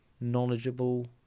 knowledgeable